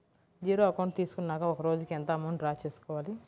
Zero account తీసుకున్నాక ఒక రోజుకి ఎంత అమౌంట్ డ్రా చేసుకోవాలి?